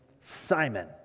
Simon